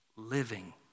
living